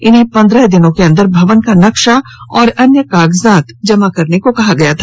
इन्हें पंद्रह दिनों के अंदर भवन का नक्सा और अन्य कागजात जमा करने को कहा गया था